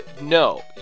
no